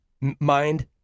mind